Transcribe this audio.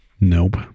Nope